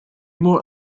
more